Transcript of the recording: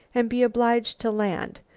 and be obliged to land,